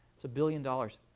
it's a billion dollars.